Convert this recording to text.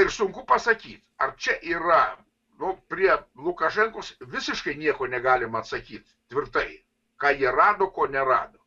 ir sunku pasakyti ar čia yra nu prie lukašenkos visiškai nieko negalima atsakyt tvirtai ką jie rado ko nerado